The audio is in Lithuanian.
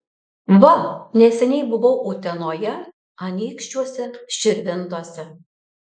va neseniai buvau utenoje anykščiuose širvintose